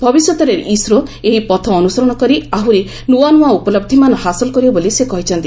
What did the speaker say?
ଭବିଷ୍ୟତରେ ଇସ୍ରୋ ଏହି ପଥ ଅନୁସରଣ କରି ଆହୁରି ନ୍ତଆ ନ୍ନଆ ଉପଲହ୍ୱମାନ ହାସଲ କରିବ ବୋଲି ସେ କହିଛନ୍ତି